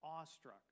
awestruck